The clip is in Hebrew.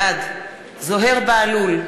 בעד זוהיר בהלול,